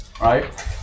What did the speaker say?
right